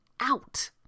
out